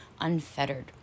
unfettered